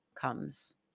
comes